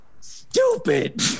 stupid